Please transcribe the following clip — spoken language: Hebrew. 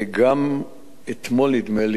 גם אתמול, נדמה לי,